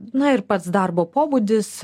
na ir pats darbo pobūdis